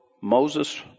Moses